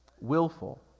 willful